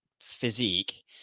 physique